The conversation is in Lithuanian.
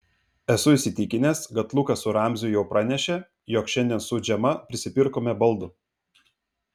esu įsitikinęs kad lukas su ramziu jau pranešė jog šiandien su džema prisipirkome baldų